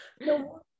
No